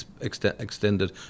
extended